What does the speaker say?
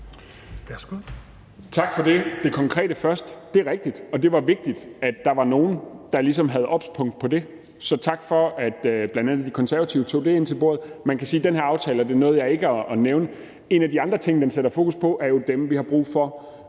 ind på det konkrete først: Det er rigtigt. Og det var vigtigt, at der var nogle, der ligesom havde et obs-punkt på det. Så tak for, at bl.a. De Konservative tog det med ind til bordet. Man kan sige, at en ting i den her aftale – det nåede jeg ikke at nævne – er at sætte fokus på dem, vi jo har brug for